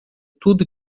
tudo